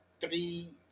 three